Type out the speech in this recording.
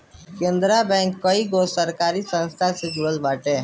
Canara bank कईगो सरकारी संस्था से जुड़ल बाटे